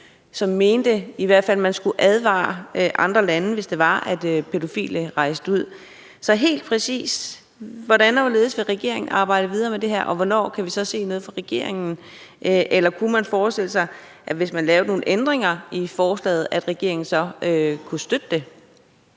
som i hvert fald mente, at man skulle advare andre lande, hvis det var, at pædofile rejste ud. Så helt præcis hvordan og hvorledes vil regeringen arbejde videre med det her, og hvornår kan vi så se noget fra regeringen? Eller kunne man forestille sig, at regeringen, hvis der blev lavet nogle ændringer i forslaget, så kunne støtte det?